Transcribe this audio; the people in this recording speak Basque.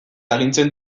agintzen